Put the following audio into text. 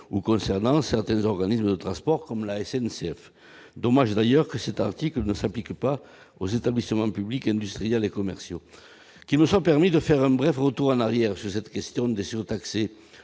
ou concernant certains organismes transport comme la SNCF dommage d'ailleurs que cet article ne s'applique pas aux établissements publics industriels et commerciaux qu'il me soit permis de faire un bref retour en arrière sur cette question des surtaxés